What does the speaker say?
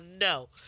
no